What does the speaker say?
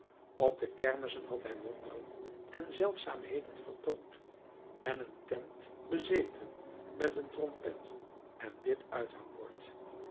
op de kermissen had hij wonderen en zeldzaamheden vertoond en een tent bezeten met een trompet en dit uithangbord